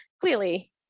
clearly